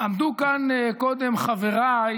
עמדו כאן קודם חבריי